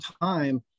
time